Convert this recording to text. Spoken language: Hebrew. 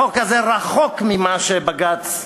החוק הזה רחוק ממה שבג"ץ אמר,